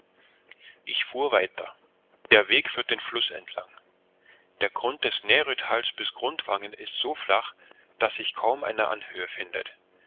ich fuhr weiter der weg führt den fluß entlang der grund des närötals bis gudvangen ist so flach daß sich kaum eine anhöhe findet